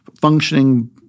functioning